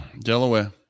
Delaware